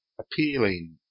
appealing